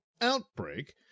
outbreak